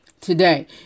today